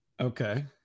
Okay